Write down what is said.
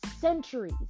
centuries